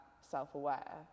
self-aware